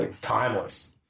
timeless